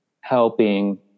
helping